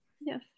Yes